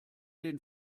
den